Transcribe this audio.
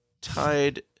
tied